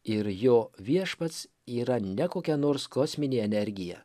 ir jo viešpats yra ne kokia nors kosminė energija